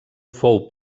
fou